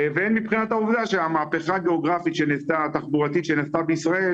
והן מבחינת העובדה שהמהפכה הגיאוגרפית התחבורתית שנעשתה בישראל